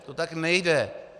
To tak nejde!